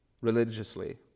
religiously